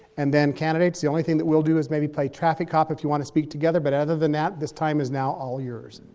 and then candidates, the only thing that we'll do is maybe play traffic cop, if you want to speak together. but other than that, this time is now all yours'.